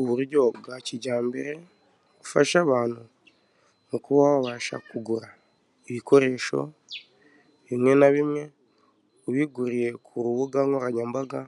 Uburyo bwa kijyambere bufasha abantu kuba wabasha kugura ibikoresho bimwe na bimwe ubiguriye ku rubuga nkoranyambaga